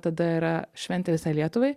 tada yra šventė visai lietuvai